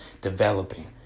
developing